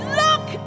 look